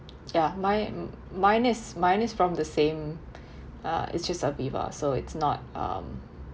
ya my mine is mine is from the same uh it just Aviva so it's not um